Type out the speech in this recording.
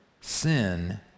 sin